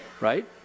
right